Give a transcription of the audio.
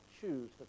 choose